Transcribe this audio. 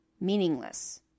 meaningless